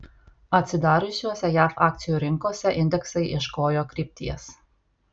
atsidariusiose jav akcijų rinkose indeksai ieškojo krypties